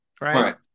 right